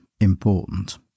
important